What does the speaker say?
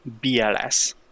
BLS